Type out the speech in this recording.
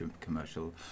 commercial